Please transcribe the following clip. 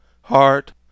heart